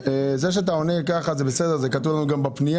זה שאתה עונה כך, זה בסדר וזה גם כתוב לנו בפנייה.